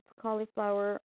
cauliflower